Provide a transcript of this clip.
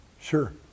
sure